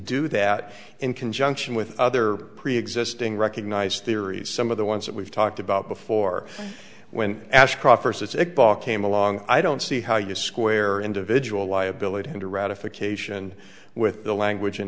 do that in conjunction with other preexisting recognized theories some of the ones that we've talked about before when ashcroft's it ball came along i don't see how you square individual liability into ratification with the language